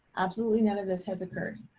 absolutely none of this has occurred.